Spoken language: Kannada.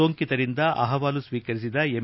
ಸೋಂಕಿತರಿಂದ ಅಹವಾಲು ಸ್ವೀಕರಿಸಿದ ಎಂ